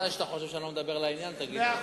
כשתחשוב שאני לא מדבר לעניין, תגיד לי.